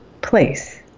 place